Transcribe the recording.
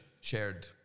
shared